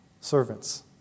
servants